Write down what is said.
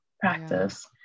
practice